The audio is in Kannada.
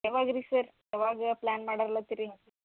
ಯವಾಗ ರೀ ಸರ್ ಯವಾಗ ಪ್ಲ್ಯಾನ್ ಮಾಡರ್ಲತಿರಿ